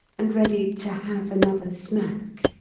and ready to have another smack.